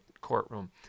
courtroom